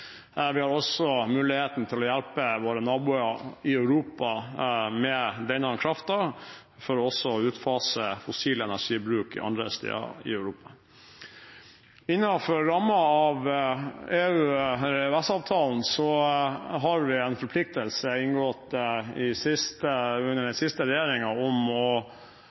vi har også muligheten til å hjelpe våre naboer i Europa med denne kraften for å utfase fossil energibruk andre steder i Europa. Innenfor rammen av EØS-avtalen har vi en forpliktelse, inngått under den siste regjeringen, til å